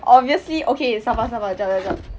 obviously okay sabar sabar jap jap jap